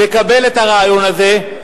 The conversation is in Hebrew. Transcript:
נקבל את הרעיון הזה,